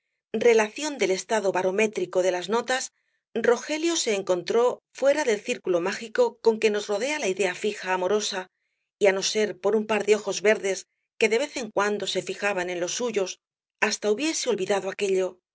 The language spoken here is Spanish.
relación del estado barométrico de las notas rogelio se encontró fuera del círculo mágico con que nos rodea la idea fija amorosa y á no ser por un par de ojos verdes que de vez en cuando se fijaban en los suyos hasta hubiese olvidado aquéllo